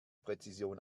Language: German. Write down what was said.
präzision